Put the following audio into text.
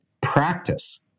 practice